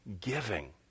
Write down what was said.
giving